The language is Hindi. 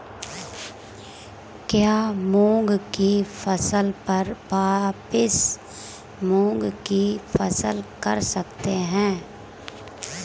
क्या मूंग की फसल पर वापिस मूंग की फसल कर सकते हैं?